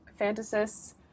fantasists